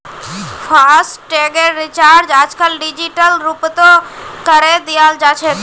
फासटैगेर recharge आजकल digital रूपतों करे दियाल जाछेक